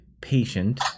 patient